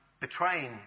betraying